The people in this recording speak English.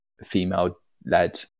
female-led